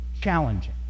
challenging